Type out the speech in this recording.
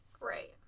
Right